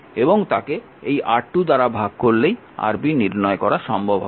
এবং তাকে এই R2 দ্বারা ভাগ করলেই Rb নির্ণয় করা সম্ভব হবে